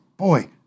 Boy